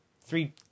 three